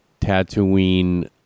Tatooine